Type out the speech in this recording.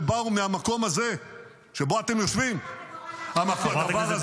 שבאו מהמקום הזה שבו אתם יושבים -- תספר מה עלה בגורלם של החטופים.